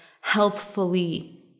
healthfully